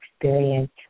experience